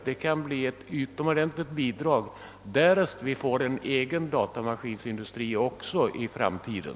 Det kan bli ett utomordentligt bidrag därest vi får en egen datamaskinindustri också i framtiden.